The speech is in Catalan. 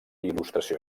il·lustració